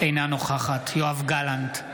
אינה נוכחת יואב גלנט,